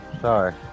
Sorry